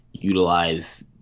utilize